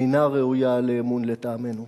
אינה ראויה לאמון, לטעמנו.